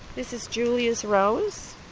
this is julie's rose,